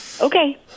Okay